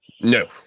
No